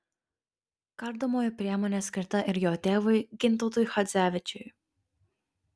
kardomoji priemonė skirta ir jo tėvui gintautui chadzevičiui